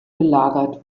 gelagert